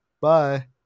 Bye